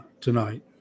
tonight